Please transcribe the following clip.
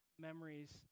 memories